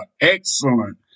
excellent